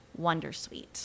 Wondersuite